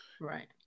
right